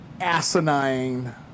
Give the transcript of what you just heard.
asinine